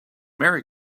merry